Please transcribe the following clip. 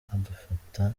adufata